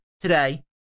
today